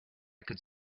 could